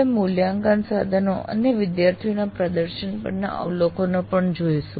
આપણે મૂલ્યાંકન સાધનો અને વિદ્યાર્થીઓના પ્રદર્શન પરના અવલોકનો પણ જોઈશું